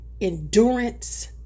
endurance